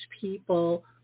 people